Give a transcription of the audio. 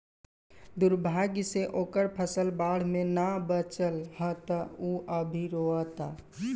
दुर्भाग्य से ओकर फसल बाढ़ में ना बाचल ह त उ अभी रोओता